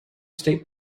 state